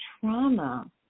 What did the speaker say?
trauma